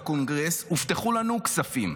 בקונגרס הובטחו לנו כספים.